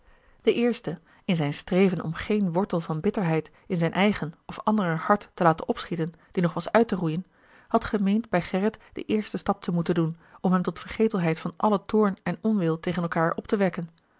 de eerste in zijn streven om geen wortel van bitterheid in zijn eigen of anderer hart te laten opschieten die nog was uit te roeien had gemeend bij gerrit den eersten stap te moeten doen om hem tot vergetelheid van allen toorn en onwil tegen elkaâr op te wekken